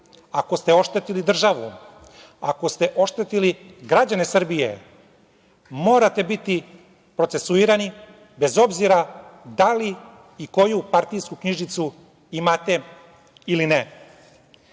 ako ste oštetili državu, ako ste oštetili građane Srbije, morate biti procesuirani, bez obzira da li i koju partijsku knjižicu imate ili